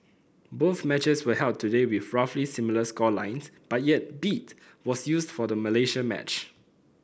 both matches were held today with roughly similar score lines but yet beat was used for the Malaysia match